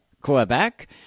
Quebec